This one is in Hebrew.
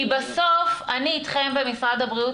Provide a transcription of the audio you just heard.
כי בסוף אני איתכם במשרד הבריאות,